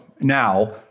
Now